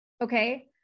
Okay